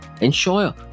ensure